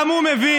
גם הוא מבין.